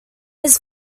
his